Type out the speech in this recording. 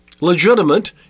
legitimate